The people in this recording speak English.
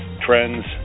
trends